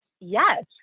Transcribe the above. Yes